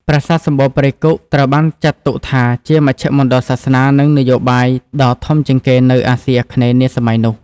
ប្រាសាទសំបូរព្រៃគុក ត្រូវបានចាត់ទុកថាជាមជ្ឈមណ្ឌលសាសនា និងនយោបាយដ៏ធំជាងគេនៅអាស៊ីអាគ្នេយ៍នាសម័យនោះ។